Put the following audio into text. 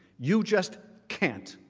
you just can't.